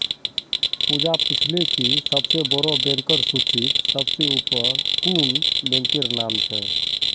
पूजा पूछले कि सबसे बोड़ो बैंकेर सूचीत सबसे ऊपर कुं बैंकेर नाम छे